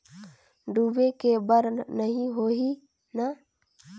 डूबे के बर नहीं होही न?